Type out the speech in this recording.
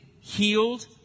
healed